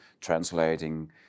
translating